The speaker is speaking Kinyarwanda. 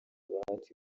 bahati